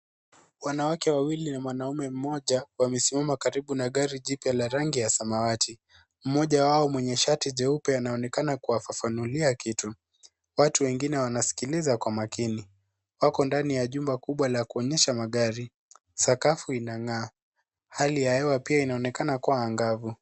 Wanawake wawili na mwanamke mmoja wamesimama karibu na gari jipya la rangi ya samawati. Mmoja wao mwenye shati jeupe anaonekana kuwafafanulia kitu. Watu wengine wanasikiliza kwa makini. Wako ndani ya jumba kubwa la kuonyesha magari. Sakafu inang'aa. Hali ya hewa pia inaonekana kuwa angavu.